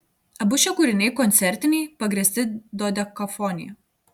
abu šie kūriniai koncertiniai pagrįsti dodekafonija